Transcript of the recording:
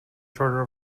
charter